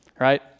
Right